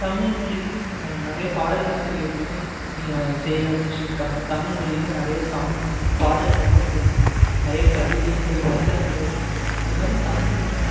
தமிழ் மொழி நிறைய பாடல் ஆசிரியர்களும் செயலாற்றி இருக்காங்க தமிழ் மொழியில் நிறைய சாங்ஸ் பாடல்களும் வந்திருக்கு நிறைய கவிதைகள் வசனங்கள் இந்த மாதிரி தமிழ் மொழி